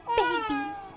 babies